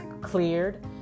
cleared